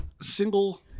Single